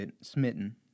smitten